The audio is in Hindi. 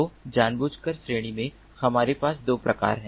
तो जानबूझकर श्रेणी में हमारे पास 2 प्रकार हैं